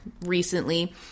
recently